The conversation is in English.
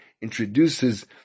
introduces